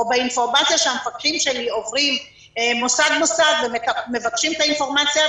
או באינפורמציה שהמפקחים שלי עוברים מוסד מוסד ומבקשים את האינפורמציה,